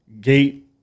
gate